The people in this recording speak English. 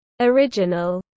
original